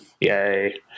Yay